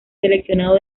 seleccionado